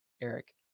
Eric